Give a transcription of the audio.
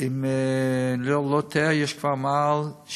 שאם אני לא טועה, יש כבר יותר מ-66